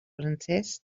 francès